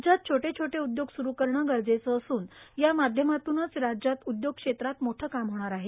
राज्यात छोटे छोटे उदयोग सुरू करणं गरजेचं असून या माध्यमातूनच राज्यात उदयोग क्षेत्रात मोठं काम होणार आहे